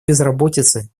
безработицы